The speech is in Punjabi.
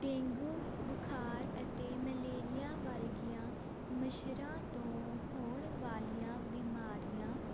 ਡੇਂਗੂ ਬੁਖਾਰ ਅਤੇ ਮਲੇਰੀਆ ਵਰਗੀਆਂ ਮੱਛਰਾਂ ਤੋਂ ਹੋਣ ਵਾਲੀਆਂ ਬਿਮਾਰੀਆਂ